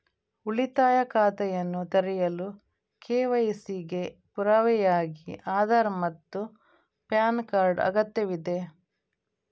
ಉಳಿತಾಯ ಖಾತೆಯನ್ನು ತೆರೆಯಲು ಕೆ.ವೈ.ಸಿ ಗೆ ಪುರಾವೆಯಾಗಿ ಆಧಾರ್ ಮತ್ತು ಪ್ಯಾನ್ ಕಾರ್ಡ್ ಅಗತ್ಯವಿದೆ